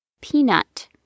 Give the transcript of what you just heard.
Peanut